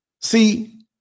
See